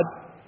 God